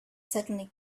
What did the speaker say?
suddenly